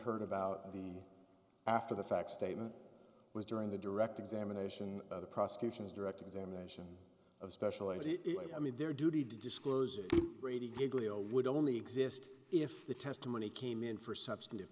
heard about the after the fact statement was during the direct examination of the prosecution's direct examination especially i mean their duty to disclose it would only exist if the testimony came in for substantive